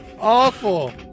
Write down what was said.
Awful